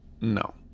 No